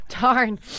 darn